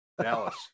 Dallas